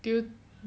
do you